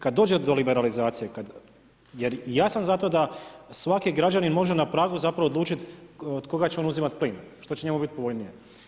Kad dođe do liberalizacije, jer i ja sam za to da svaki građanin može na pragu zapravo odlučit od koga će on uzimat plin, što će njemu bit povoljnije.